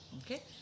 Okay